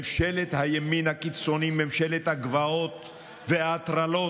ממשלת הימין הקיצוני, ממשלת הגבעות וההטרלות,